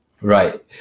right